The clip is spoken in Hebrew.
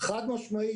חד משמעית.